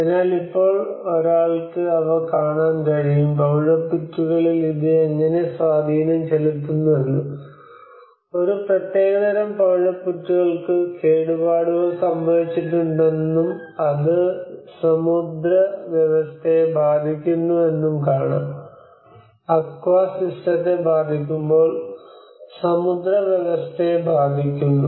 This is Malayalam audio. അതിനാൽ ഇപ്പോൾ ഒരാൾക്ക് അവ കാണാൻ കഴിയും പവിഴപ്പുറ്റുകളിൽ ഇത് എങ്ങനെ സ്വാധീനം ചെലുത്തുന്നുവെന്ന് ഒരു പ്രത്യേകതരം പവിഴപ്പുറ്റുകൾക്ക് കേടുപാടുകൾ സംഭവിച്ചിട്ടുണ്ടെന്നും അത് സമുദ്രവ്യവസ്ഥയെ ബാധിക്കുന്നുവെന്നും കാണാം അക്വാ സിസ്റ്റത്തെ ബാധിക്കുമ്പോൾ സമുദ്രവ്യവസ്ഥയെ ബാധിക്കുന്നു